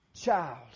child